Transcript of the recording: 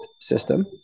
system